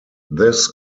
this